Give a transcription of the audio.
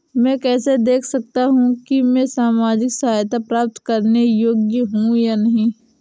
मैं कैसे देख सकता हूं कि मैं सामाजिक सहायता प्राप्त करने योग्य हूं या नहीं?